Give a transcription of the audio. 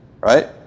right